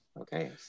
Okay